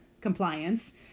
compliance